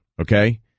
Okay